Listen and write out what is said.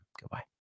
goodbye